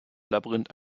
labyrinth